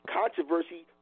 controversy